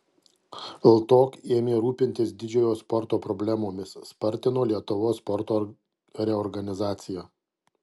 ltok ėmė rūpintis didžiojo sporto problemomis spartino lietuvos sporto reorganizaciją